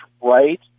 right